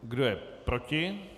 Kdo je proti?